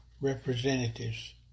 representatives